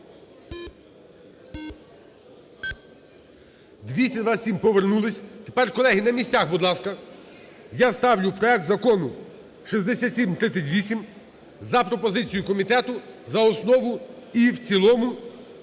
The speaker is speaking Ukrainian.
За-227 Повернулись. Тепер, колеги, на місцях, будь ласка. Я ставлю проект Закону 6738 за пропозицію комітету за основу і в цілому